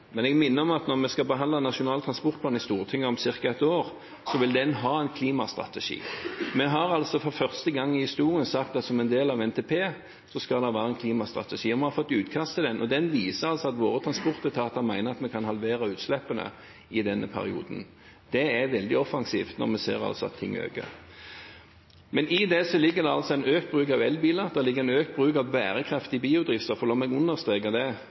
men jeg minner om at når vi skal behandle Nasjonal transportplan i Stortinget om ca. ett år, vil den ha en klimastrategi. Vi har for første gang i historien sagt at som en del av NTP skal det være en klimastrategi. Vi har fått et utkast til strategien, og den viser at våre transportetater mener at vi kan halvere utslippene i denne perioden. Det er veldig offensivt når vi ser at ting øker. Men i det ligger det altså økt bruk av elbiler og økt bruk av bærekraftig biodrivstoff. La meg understreke